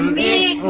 a